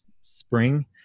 spring